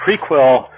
prequel